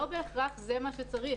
לא בהכרח זה מה שצריך.